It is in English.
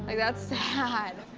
that's sad.